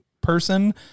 person